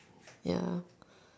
ya